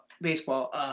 baseball